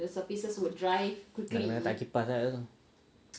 nak kena letak kipas lah dekat situ